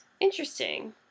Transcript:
interesting